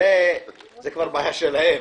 זה כבר בעיה שלהם.